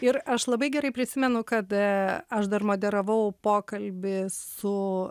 ir aš labai gerai prisimenu kad aš dar moderavau pokalbį su